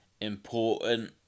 important